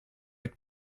être